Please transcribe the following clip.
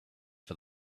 for